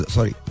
Sorry